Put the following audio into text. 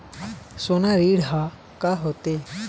सोना ऋण हा का होते?